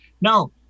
Now